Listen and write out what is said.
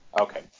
Okay